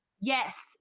yes